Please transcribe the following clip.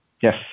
Yes